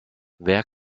wer